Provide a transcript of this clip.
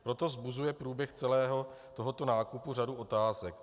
Proto vzbuzuje průběh celého tohoto nákupu řadu otázek.